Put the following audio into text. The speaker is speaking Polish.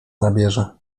nabierze